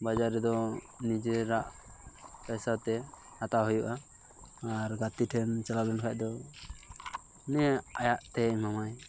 ᱵᱟᱡᱟᱨ ᱨᱮᱫᱚ ᱱᱤᱡᱮᱨᱟᱜ ᱯᱚᱭᱥᱟ ᱛᱮ ᱦᱟᱛᱟᱣ ᱦᱩᱭᱩᱜᱼᱟ ᱟᱨ ᱜᱟᱛᱮ ᱴᱷᱮᱱ ᱪᱟᱞᱟᱣᱞᱮᱱ ᱠᱷᱟᱱ ᱫᱚ ᱩᱱᱤᱭᱟᱜ ᱟᱭᱟᱜ ᱛᱮᱭ ᱮᱢᱟᱢᱟ